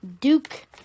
Duke